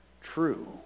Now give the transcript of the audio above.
true